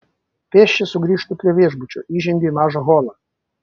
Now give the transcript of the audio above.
pėsčias sugrįžtu prie viešbučio įžengiu į mažą holą